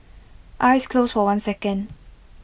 eyes closed for one second